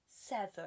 seven